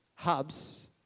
hubs